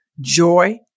joy